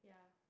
ya